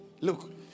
Look